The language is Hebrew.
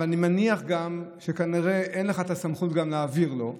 ואני מניח גם שכנראה אין לך את הסמכות להעביר לו.